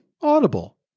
Audible